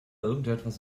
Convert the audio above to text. irgendwas